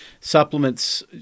supplements